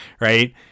Right